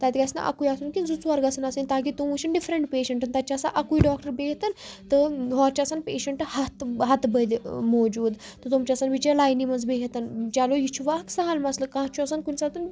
تَتہِ گژھِ نہٕ اَکُوے آسُن کیٚنہہ زٕ ژور گژھن آسٕنۍ تاکہِ تِم وُچھن ڈِفرنٹ پیشنٹن تَتہِ چھُ آسان اَکُوے ڈاکٹر بِہتھ تہٕ ہورٕ چھِ آسان پیشنٹ ہَتھ ہتہٕ بٔدۍ موٗجوٗد تہٕ تِم چھِ آسان بِچٲر لاینہِ منٛز بِہتھ چلو یہِ چھُ وۄنۍاکھ سَہل مَسلہٕ کانٛہہ چھُ آسان کُنہِ ساتہٕ